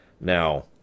Now